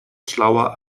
schlauer